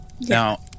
Now